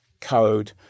code